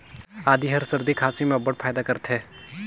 आदी हर सरदी खांसी में अब्बड़ फएदा करथे